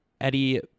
Eddie